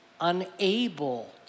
unable